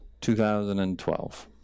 2012